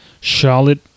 Charlotte